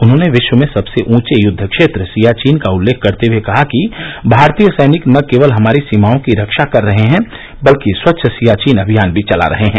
उन्होंने विश्व में सबसे ऊंचे यूद्ध क्षेत्र सियाचिन का उल्लेख करते हुए कहा कि भारतीय सैनिक न केवल हमारी सीमाओं की रक्षा कर रहे हैं बल्कि स्वच्छ सियाचिन अभियान भी चला रहे हैं